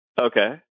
Okay